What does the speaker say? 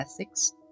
ethics